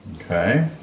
Okay